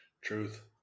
Truth